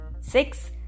Six